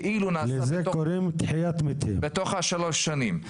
כאילו שזה נעשה בתוך השלוש שנים.